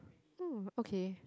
mm okay